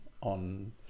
on